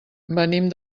venim